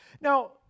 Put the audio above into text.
Now